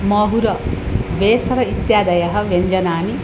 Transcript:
माहुरा बेसर इत्यादयः व्यञ्जनानि